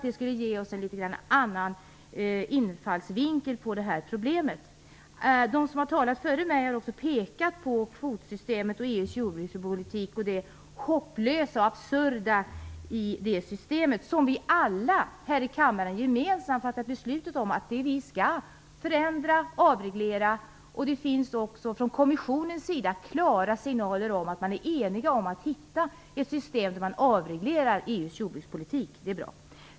Det skulle ge oss en litet annorlunda infallsvinkel på det här problemet. De föregående talarna har pekat på det hopplöst absurda i kvotsystemet i EU:s jordbrukspolitik. Vi har alla här i kammaren fattat beslut om att vi skall förändra och avreglera den. Det finns också klara signaler från kommissionens sida om att man är enig om att komma fram till ett system för att avreglera EU:s jordbrukspolitik, och det är bra.